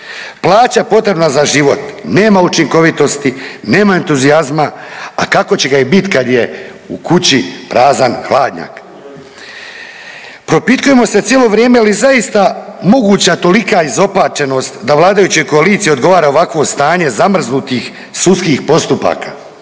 Plaća potrebna za život. Nema učinkovitosti, nema entuzijazma, a kako će ga i biti kad je u kući prazan hladnjak. Propitkujemo se cijelo vrijeme je li zaista moguća tolika izopačenost da vladajućoj koaliciji odgovara ovakvo stanje zamrznutih sudskih postupaka,